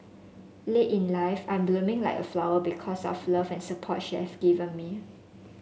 late in life I am blooming like a flower because of the love and support she have given me